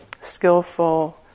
skillful